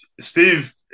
Steve